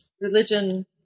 religion